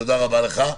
תודה רבה לך.